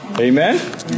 Amen